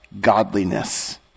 godliness